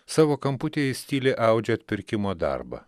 savo kamputyje jis tyliai audžia atpirkimo darbą